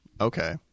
Okay